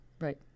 right